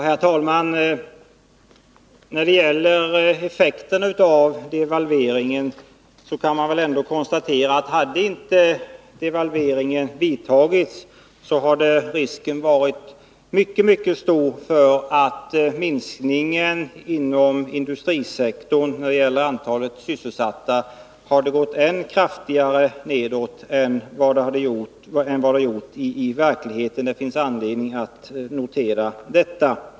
Herr talman! När det gäller effekten av devalveringen kan vi väl ändå konstatera, att om inte devalveringen hade företagits, hade risken varit mycket stor för att antalet sysselsatta inom industrisektorn hade gått ned ännu kraftigare än vad den gjort i verkligheten. Det finns anledning att notera det.